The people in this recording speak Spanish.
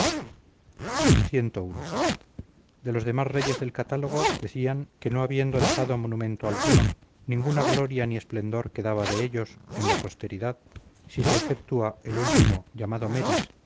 egipcios ci de los demás reyes del catálogo decían que no habiendo dejado monumento alguno ninguna gloria ni esplendor quedaba de ellos en la posteridad si se exceptúa el último llamado meris